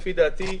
לדעתי,